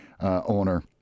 owner